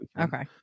Okay